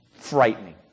Frightening